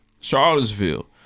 Charlottesville